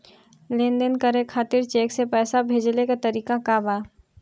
लेन देन करे खातिर चेंक से पैसा भेजेले क तरीकाका बा?